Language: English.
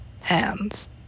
hands